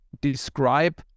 describe